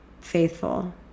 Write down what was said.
faithful